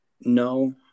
No